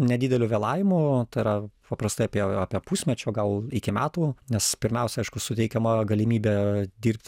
nedideliu vėlavimu tai yra paprastai apie apie pusmečio gal iki metų nes pirmiausia aišku suteikiama galimybė dirbt